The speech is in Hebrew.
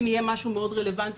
אם יהיה משהו מאוד רלוונטי,